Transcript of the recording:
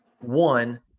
One